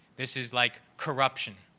this is like corruption,